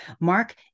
Mark